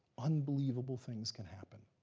unbelievable things can happen.